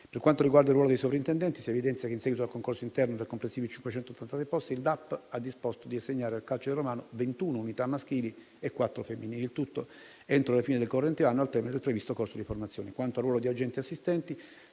Per quanto riguarda il ruolo dei sovrintendenti, si evidenzia che, in seguito a concorso interno per complessivi 583 posti, il DAP ha già disposto di assegnare al carcere romano 21 unità maschili e quattro femminili, il tutto entro la fine del corrente anno, al termine del previsto corso di formazione. Quanto al ruolo di agenti-assistenti,